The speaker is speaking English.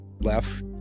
left